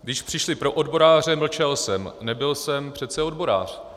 Když přišli pro odboráře, mlčel jsem, nebyl jsem přece odborář.